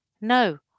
No